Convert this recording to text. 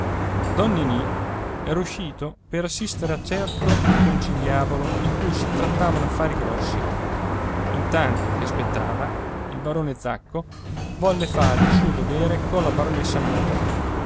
ninì era uscito per assistere a certo conciliabolo in cui si trattavano affari grossi intanto che aspettava il barone zacco volle fare il suo dovere colla baronessa madre